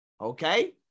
Okay